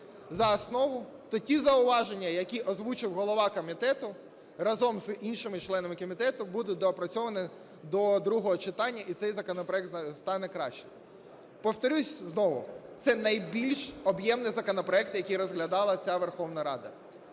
за основу, то ті зауваження, які озвучив голова комітету, разом з іншими членами комітету будуть доопрацьовані до другого читання, і цей законопроект стане краще. Повторюсь знову, це найбільш об'ємний законопроект, який розглядала ця Верховна Рада.